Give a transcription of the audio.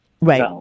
Right